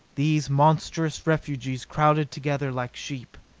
these monstrous refugees crowded together like sheep.